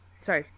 Sorry